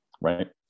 Right